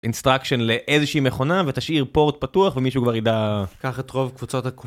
Instruction לאיזה שהיא מכונה ותשאיר port פתוח ומישהו כבר ידע. קח את רוב קבוצות ה...